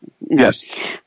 Yes